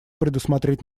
предусмотреть